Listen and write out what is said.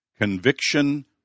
Conviction